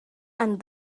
and